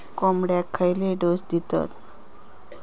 कोंबड्यांक खयले डोस दितत?